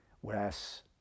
Whereas